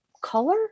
color